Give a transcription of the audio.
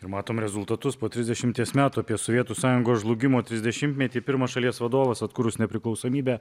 ir matom rezultatus po trisdešimties metų apie sovietų sąjungos žlugimo trisdešimtmetį pirmas šalies vadovas atkūrus nepriklausomybę